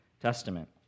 Testament